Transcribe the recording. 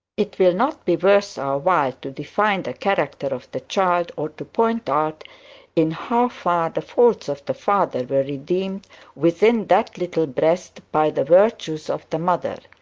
it will not be worth our while to define the character of the child, or to point out in how far the faults of the father were redeemed within that little breast by the virtues of the mother.